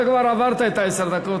אתה כבר עברת את עשר הדקות,